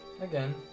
Again